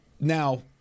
Now